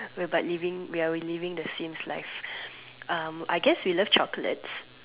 we are but living we are living the sims life um I guess we love chocolates